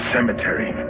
Cemetery